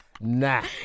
Nah